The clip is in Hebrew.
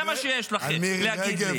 זה מה שיש לכם להגיד לי,